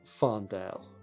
Farndale